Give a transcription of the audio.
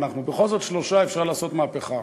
אנחנו בכל זאת שלושה, אפשר לעשות מהפכה,